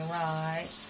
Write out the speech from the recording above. right